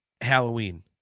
Halloween